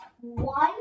One